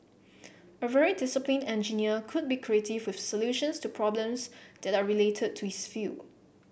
a very discipline engineer could be creative with solutions to problems that are related to his field